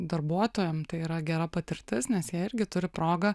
darbuotojam tai yra gera patirtis nes jie irgi turi progą